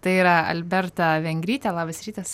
tai yra alberta vengrytė labas rytas